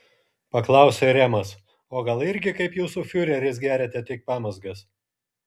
paklausė remas o gal irgi kaip jūsų fiureris geriate tik pamazgas